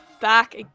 back